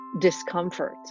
discomfort